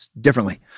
differently